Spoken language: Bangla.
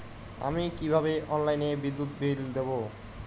আমি কিভাবে অনলাইনে বিদ্যুৎ বিল দেবো?